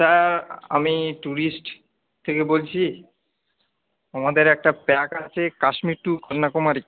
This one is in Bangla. স্যার আমি টুরিস্ট থেকে বলছি আমাদের একটা প্যাক আছে কাশ্মীর টু কন্যাকুমারী